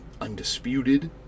Undisputed